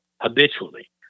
habitually